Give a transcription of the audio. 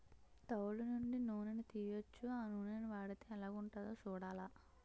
తవుడు నుండి నూనని తీయొచ్చు ఆ నూనని వాడితే ఎలాగుంటదో సూడాల